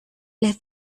les